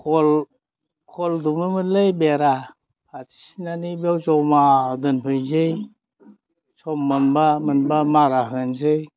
खल दुमोमोनलै बेरा फाथिसिनानि बेयाव जमा दोनफैनोसै सम मोनबा मोनबा मारा होनोसै